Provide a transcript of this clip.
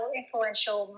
influential